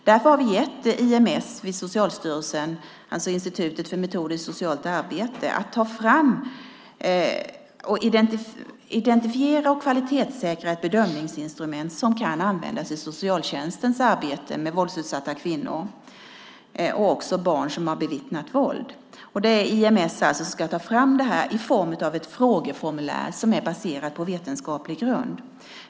Därför har vi gett IMS vid Socialstyrelsen, alltså Institutet för utveckling av metoder i socialt arbete, i uppdrag att ta fram, identifiera och kvalitetssäkra bedömningsinstrument som kan användas i socialtjänstens arbete med våldsutsatta kvinnor och barn som har bevittnat våld. Det är alltså IMS som ska ta fram det här i form av ett frågeformulär som är baserat på vetenskaplig grund.